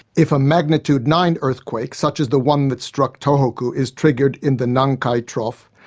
if a magnitude nine earthquake, such as the one that struck tohoku, is triggered in the nankai trough,